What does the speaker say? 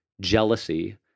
jealousy